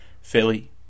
philly